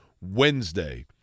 Wednesday